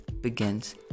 begins